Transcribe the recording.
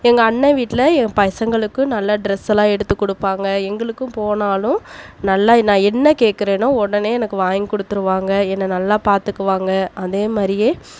எங்கள் அண்ணன் வீட்டில் என் பசங்களுக்கும் நல்ல ட்ரெஸ் எல்லாம் எடுத்து கொடுப்பாங்க எங்களுக்கும் போனாலும் நல்லா நான் என்ன கேட்கிறனோ உடனே எனக்கு வாங்கி கொடுத்துருவாங்க என்னை நல்லா பார்த்துக்குவாங்க அதே மாதிரியே